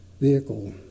vehicle